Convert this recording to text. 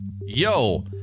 Yo